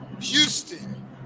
houston